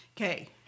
Okay